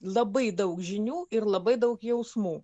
labai daug žinių ir labai daug jausmų